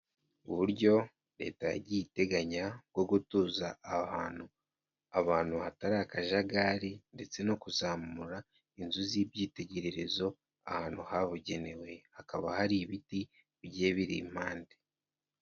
Uburyo leta yagiyei iteganya bwo gutuza ahantu abantu hatari akajagari ndetse no kuzamura inzu z'ibyitegererezo ahantu habugenewe, hakaba hari ibiti bigiye biri impande.